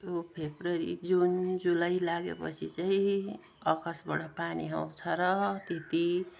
February June July लागेपछि चाहिँ आकाशबाट पानी आउँछ र त्यत्ति